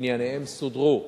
ענייניהם סודרו,